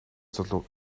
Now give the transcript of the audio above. залуу